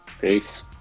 peace